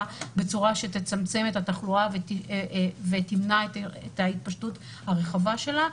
בצורה שתצמצם את התחלואה ותמנע את ההתפשטות הרחבה שלה,